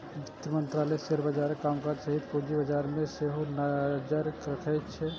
वित्त मंत्रालय शेयर बाजारक कामकाज सहित पूंजी बाजार पर सेहो नजरि रखैत छै